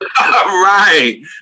Right